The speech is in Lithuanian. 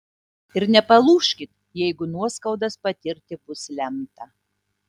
ir nepalūžkit jeigu nuoskaudas patirti bus lemta